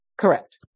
Correct